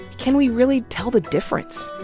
can we really tell the difference?